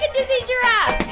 and dizzy giraffe